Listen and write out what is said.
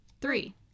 Three